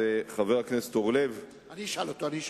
חבר הכנסת אורלב, אני אשאל אותו.